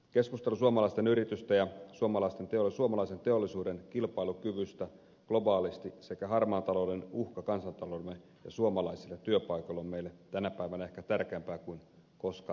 keskustelu suomalaisten yritysten ja suomalaisen teollisuuden kilpailukyvystä globaalisti sekä harmaan talouden uhasta kansantaloudelle ja suomalaisille työpaikoille on meille tänä päivänä ehkä tärkeämpää kuin koskaan aikaisemmin